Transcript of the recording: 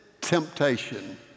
temptation